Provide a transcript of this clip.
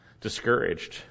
discouraged